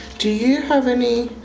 do you have any,